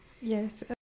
Yes